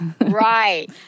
right